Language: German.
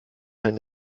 einen